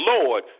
Lord